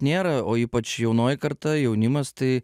nėra o ypač jaunoji karta jaunimas tai